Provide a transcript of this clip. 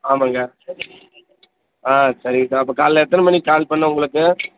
ஆமாங்க ஆ சரிங்க அப்போ காலையில் எத்தனை மணிக்கு கால் பண்ண உங்களுக்கு